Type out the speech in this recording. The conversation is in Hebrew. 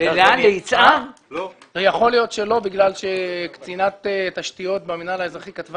יכול להיות שלא בגלל שקצינת המינהל האזרחי כתבה